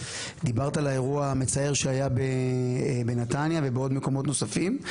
דיברת על האירוע המצער שהיה בנתניה ובעוד מקומות נוספים.